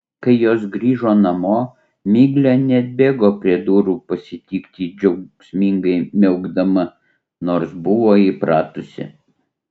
kai jos grįžo namo miglė neatbėgo prie durų pasitikti džiaugsmingai miaukdama nors buvo įpratusi